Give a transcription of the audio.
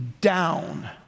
down